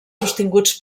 sostinguts